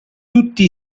tutti